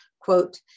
quote